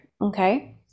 okay